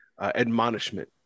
admonishment